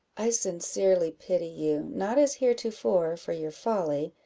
i sincerely pity you, not as heretofore, for your folly,